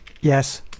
yes